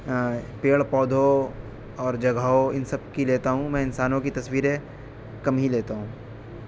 پیڑ پودوں اور جگہوں ان سب کی لیتا ہوں میں انسانوں کی تصویریں کم ہی لیتا ہوں